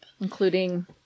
including